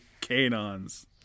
canons